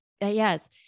yes